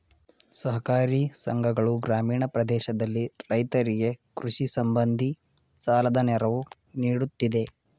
ಸಹಕಾರಿ ಸಂಘಗಳು ಗ್ರಾಮೀಣ ಪ್ರದೇಶದಲ್ಲಿ ರೈತರಿಗೆ ಕೃಷಿ ಸಂಬಂಧಿ ಸಾಲದ ನೆರವು ನೀಡುತ್ತಿದೆ